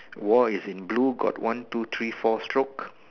war is in blue got one two three four stroke